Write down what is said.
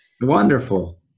Wonderful